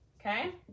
Okay